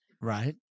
right